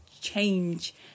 change